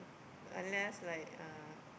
unless like uh